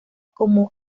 como